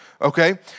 Okay